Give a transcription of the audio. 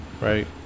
right